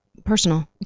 personal